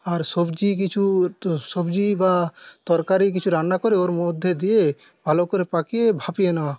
আর সবজি কিছু সবজি বা তরকারি কিছু রান্না করে ওর মধ্যে দিয়ে ভালো করে পাকিয়ে ভাপিয়ে নেওয়া